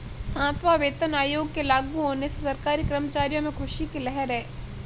सातवां वेतन आयोग के लागू होने से सरकारी कर्मचारियों में ख़ुशी की लहर है